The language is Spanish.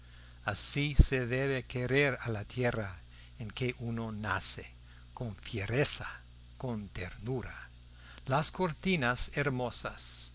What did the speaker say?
así se debe querer a la tierra en que uno nace con fiereza con ternura las cortinas hermosas